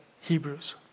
Hebrews